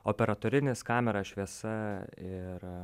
operatorinės kamera šviesa ir